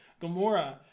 Gamora